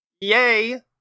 Yay